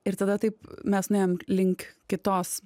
ir tada taip mes nuėjom link kitos